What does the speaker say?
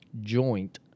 joint